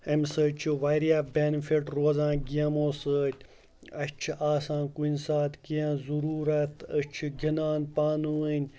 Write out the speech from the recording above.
اَمہِ سۭتۍ چھِ واریاہ بٮ۪نِفِٹ روزان گیمو سۭتۍ اَسہِ چھِ آسان کُنہِ ساتہٕ کینٛہہ ضروٗرت أسۍ چھِ گِنٛدان پانہٕ ؤنۍ